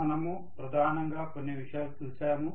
మనము ప్రధానంగా కొన్ని విషయాలు చూశాము